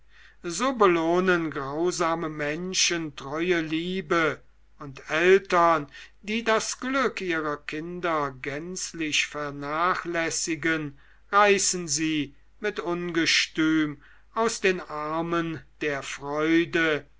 so belohnen grausame menschen treue liebe und eltern die das glück ihrer kinder gänzlich vernachlässigen reißen sie mit ungestüm aus den armen der freude